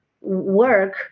work